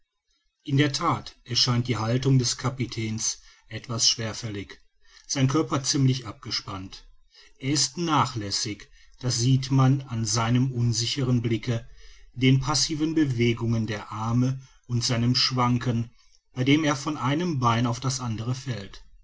in der that erscheint die haltung des kapitäns etwas schwerfällig sein körper ziemlich abgespannt er ist nachlässig das sieht man an seinem unsicheren blicke den passiven bewegungen der arme und seinem schwanken bei dem er von einem beine auf das andere fällt